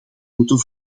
moeten